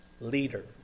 leader